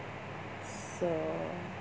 so